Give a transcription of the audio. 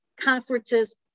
conferences